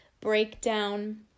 breakdown